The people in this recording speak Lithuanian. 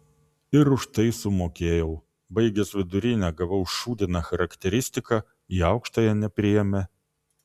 ir už tai sumokėjau baigęs vidurinę gavau šūdiną charakteristiką į aukštąją nepriėmė